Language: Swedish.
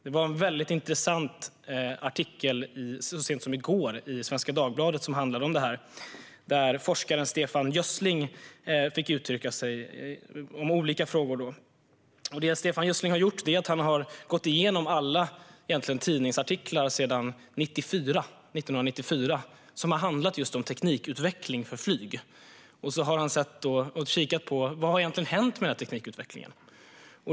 Det var en väldigt intressant artikel så sent som i går i Svenska Dagbladet där forskaren Stefan Gössling fick uttrycka sig om olika frågor. Det Stefan Gössling har gjort är att han har gått igenom alla tidningsartiklar sedan 1994 som har handlat just om teknikutveckling för flyg. Sedan har han kikat på: Vad har egentligen hänt med teknikutvecklingen?